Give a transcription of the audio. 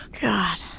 God